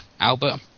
albert